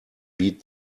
beat